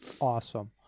awesome